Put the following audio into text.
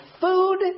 food